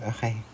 Okay